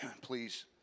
please